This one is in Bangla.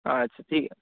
আচ্ছা ঠিক আছে